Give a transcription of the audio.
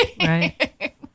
Right